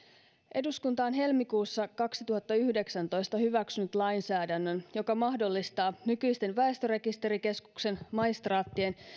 eduskunta on helmikuussa kaksituhattayhdeksäntoista hyväksynyt lainsäädännön joka mahdollistaa nykyisten väestörekisterikeskuksen maistraattien